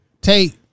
Tate